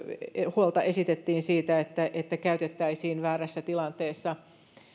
huolta esitettiin siitä että tätä käytettäisiin väärässä tilanteessa